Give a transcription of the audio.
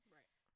Right